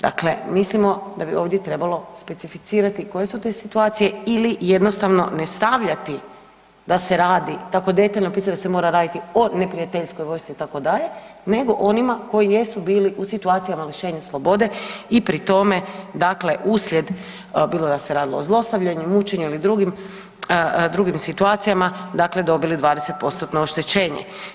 Dakle, mislimo da bi ovdje trebalo specificirati koje su te situacije ili jednostavno ne stavljati da se radi, tako detaljno pisat da se mora raditi o neprijateljskoj vojsci itd. nego onima koji jesu bili u situacijama lišenja slobode i pri tome dakle uslijed bilo da se radilo o zlostavljanju, mučenju ili drugim, drugim situacijama, dakle dobili 20%-tno oštećenje.